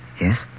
Yes